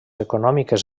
econòmiques